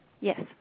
Yes